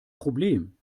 problem